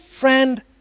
friend